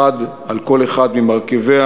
אחד על כל אחד ממרכיביה,